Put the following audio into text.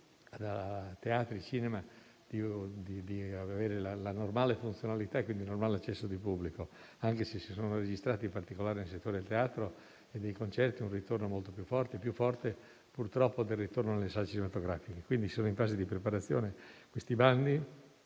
a teatri e cinema di avere la normale funzionalità e, quindi, il normale accesso di pubblico, e ciò è avvenuto anche se si è registrato, in particolare nel settore del teatro e dei concerti, un ritorno molto più forte (più forte, purtroppo, del ritorno alle sale cinematografiche). Sono in fase di preparazione i bandi